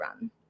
run